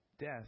Death